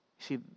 See